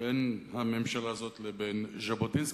בין הממשלה הזאת לבין ז'בוטינסקי.